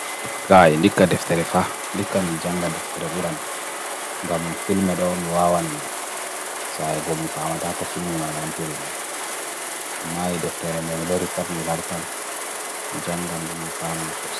gai nika defterefa, nika mii janga deftereburan gam filme do mwawan saye go mii fahamata ko filme mai goon tiri ma mai deftere na milo ripot mii lartan mii janga mii mii fahamata sos